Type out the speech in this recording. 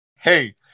hey